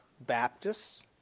Baptists